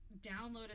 downloaded